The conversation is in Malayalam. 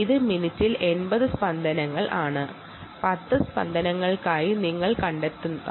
ഇനി 10 പൾസുകൾക്കായി നിങ്ങൾ ഇത് കണ്ടുപിടിക്കുക